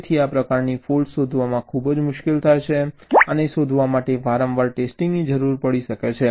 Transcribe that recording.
તેથી આ પ્રકારની ફૉલ્ટ્સ શોધવા ખૂબ જ મુશ્કેલ છે આને શોધવા માટે વારંવાર ટેસ્ટિંગની જરૂર પડી શકે છે